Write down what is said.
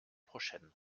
prochaine